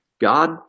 God